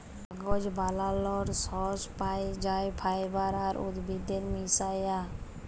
কাগজ বালালর সর্স পাই যাই ফাইবার আর উদ্ভিদের মিশায়া